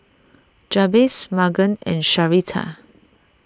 Jabez Magen and Sharita